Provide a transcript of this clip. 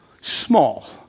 Small